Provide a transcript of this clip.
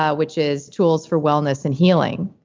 ah which is tools for wellness and healing.